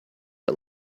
but